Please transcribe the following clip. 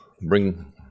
bring